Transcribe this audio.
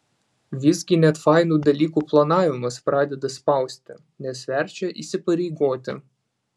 visgi net fainų dalykų planavimas pradeda spausti nes verčia įsipareigoti